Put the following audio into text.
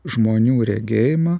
žmonių regėjimą